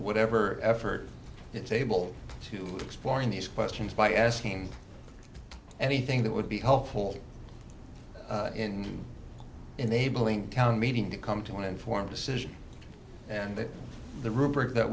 whatever effort it's able to explore in these questions by asking anything that would be helpful in enabling town meeting to come to an informed decision and that th